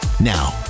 Now